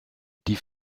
die